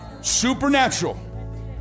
Supernatural